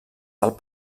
del